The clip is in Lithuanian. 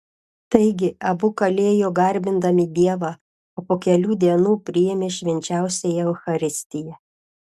taigi abu kalėjo garbindami dievą o po kelių dienų priėmė švenčiausiąją eucharistiją